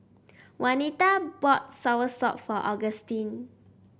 Wanita bought soursop for Augustine